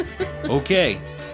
Okay